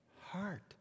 heart